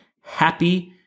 Happy